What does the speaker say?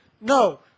no